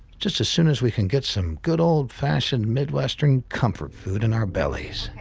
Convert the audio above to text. just as soon as we can get some good ol' fashioned mid-western comfort food in our bellies.